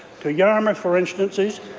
to yarmouth, for instance,